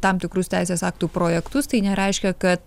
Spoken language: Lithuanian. tam tikrus teisės aktų projektus tai nereiškia kad